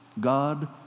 God